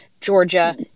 Georgia